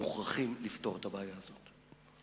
מוכרחים לפתור את הבעיה הזאת.